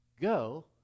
go